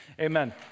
Amen